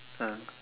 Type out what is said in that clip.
ah